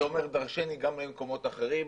זה אומר דרשני גם למקומות אחרים.